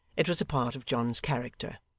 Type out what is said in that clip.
it was a part of john's character.